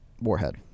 warhead